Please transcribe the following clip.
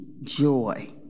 joy